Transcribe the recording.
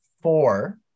four